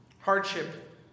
hardship